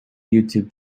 youtube